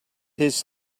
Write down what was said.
his